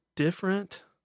different